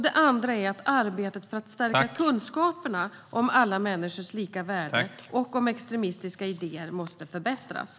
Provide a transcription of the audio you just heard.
Det andra är att arbetet för att stärka kunskapen om alla människors lika värde och om extremistiska idéer måste förbättras.